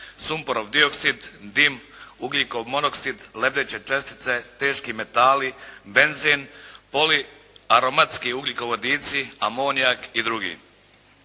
sumporov dioksid, dim, ugljikov monoksid, lebdeće čestice, teški metali, benzin, oli, aromatski ugljikovodici, amonijak i drugi.